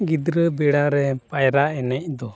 ᱜᱤᱫᱽᱨᱟᱹ ᱵᱮᱲᱟ ᱨᱮ ᱯᱟᱭᱨᱟ ᱮᱱᱮᱡ ᱫᱚ